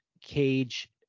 cage